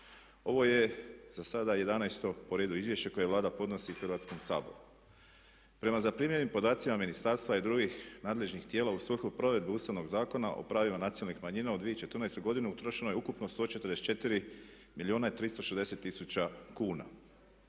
Ovo je zasada 11. po redu izvješće koje Vlada podnosi Hrvatskom saboru. Prema zaprimljenim podacima ministarstva i drugih nadležnih tijela u svrhu provedbe Ustavnog zakona o pravima nacionalnih manjina u 2014. godini utrošeno je ukupno 144 milijuna